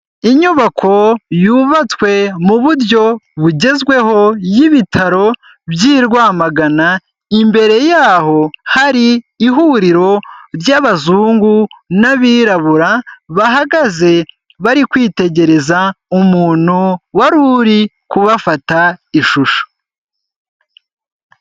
Inyubako yubatswe mu buryo bugezweho y'ibitaro by'i Rwamagana. Imbere yaho hari ihuriro ry'abazungu n'abirabura, bahagaze bari kwitegereza umuntu wari uri kubafata ishusho.